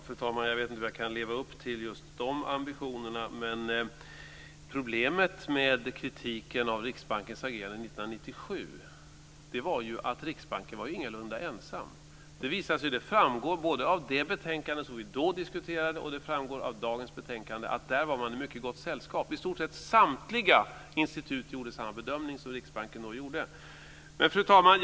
Fru talman! Jag vet inte om jag kan leva upp till just de ambitionerna. Problemet med kritiken mot Riksbankens agerande år 1997 var att Riksbanken ingalunda var ensam. Det framgår både av det betänkande vi då diskuterade, och det framgår av dagens betänkande. Där var man i mycket gott sällskap. I stort sett samtliga institut gjorde samma bedömning som Riksbanken då gjorde. Fru talman!